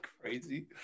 Crazy